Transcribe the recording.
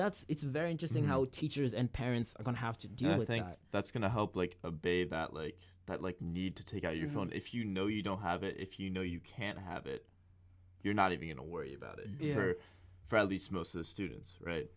that's it's very interesting how teachers and parents are going to have to do it i think that's going to help like a big about like that like need to take out your phone if you know you don't have it if you know you can't have it you're not even to worry about it for at least most of the students